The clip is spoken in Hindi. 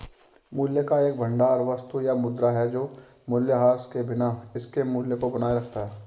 मूल्य का एक भंडार वस्तु या मुद्रा है जो मूल्यह्रास के बिना इसके मूल्य को बनाए रखता है